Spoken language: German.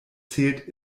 zählt